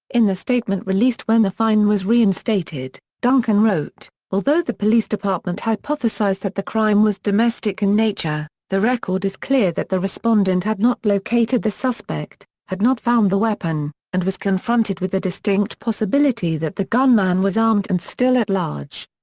in the statement released when the fine was reinstated, duncan wrote, although the police department hypothesized that the crime was domestic in nature, the record is clear that the respondent had not located the suspect, had not found the weapon, and was confronted with the distinct possibility that the gunman was armed and still at large.